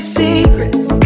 secrets